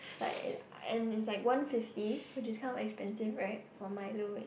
like it and it's like one fifty which is kind of expensive right for Milo